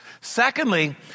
Secondly